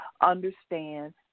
understand